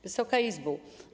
Wysoka Izbo!